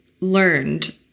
learned